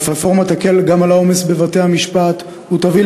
הרפורמה תקל גם את העומס בבתי-המשפט ותביא